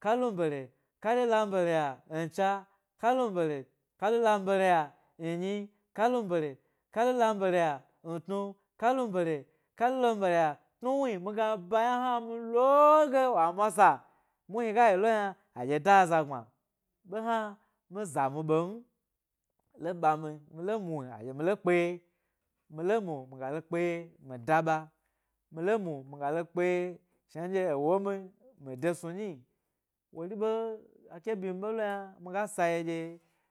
Ka lum bere kalu lambere ya ncha kalum ɓere kalu lamɓere ya nnyi laalumbere kalu lambare ntnu, kalumbere kalu lambere ya tnu wni, mi ga ba yna hna mi lo ge wa mwasa muhni ga yi lo hna adye da aza gbma ɓe hna mi zamu ɓe m lo ɓa mi, mi lo mu adye mi lo kpeye mi lo mu mi ga lo kpeye mi da ɓa, mi lo mu mi ga lo kpe shnadye ewo mi de snu nyi wori be ake bein ɓe lo yna mi ga sa ye dye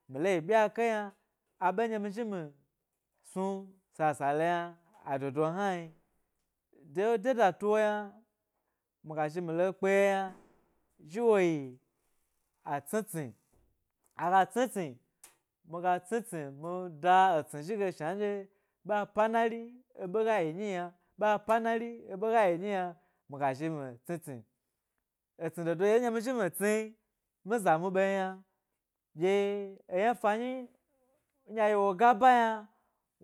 mi lo yi byake yna aɓe ɗye ma zhi mi wo sasale yna a ɗoɗo nnan, de de datu wo yna mi ga zhi mi lo kpeye yna zhi wo yi a tsini tsni aqa tsni tsni mi ga tsni tsni mi da etsni zhi ge shnaɗye ɓe a panari eɓe ga yi nyi yna be a panari mi ga zhi mi tsni tsni, etsni dodo yi lo ndye mi be zhi mi tsni mi zamu bemi yna dye eyna fa nyi ndye a yi wo gaba yna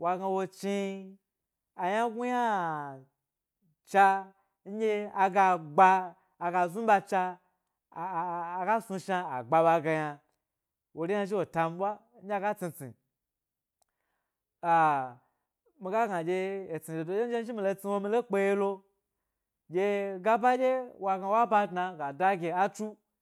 wa gna wo chni ayna snu ynacha ndye a gba aga znu ɓa cha aaa aga snu shna a shan ɓa ge yna wori hna zhi wo tan ɓwa ndye aga tsni tsni ba nga sna dge etsni dodo yio ndye mi be zhi mi tsni wo yna mi lo kpe ye lo dye gaba dye wo gna ba dna ga dasi atsu